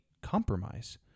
compromise